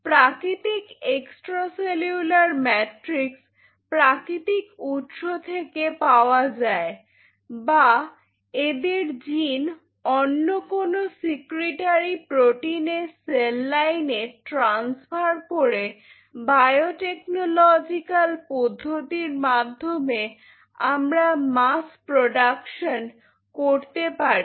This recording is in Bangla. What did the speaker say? প্রাকৃতিক এক্সট্রা সেলুলার ম্যাট্রিক্স প্রাকৃতিক উৎস থেকে পাওয়া যায় বা এদের জিন অন্য কোনো সিক্রিটারি প্রোটিনের সেল লাইনে ট্রান্সফার করে বায়োটেকনোলজিকাল পদ্ধতির মাধ্যমে আমরা মাস্ প্রোডাকশন করতে পারি